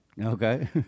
Okay